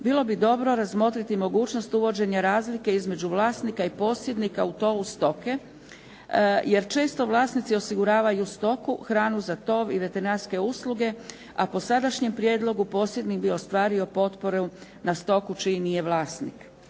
bilo bi dobro razmotriti mogućnost uvođenja razlike između vlasnika i posjednika u tovu stoke jer često vlasnici osiguravaju stoku, hranu za tov i veterinarske usluge a po sadašnjem prijedlogu posjednik bi ostvario potporu na stoku čiji nije vlasnik.